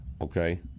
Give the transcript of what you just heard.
okay